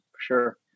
Sure